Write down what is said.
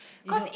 you know